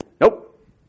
Nope